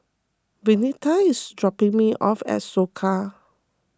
Vernita is dropping me off at Soka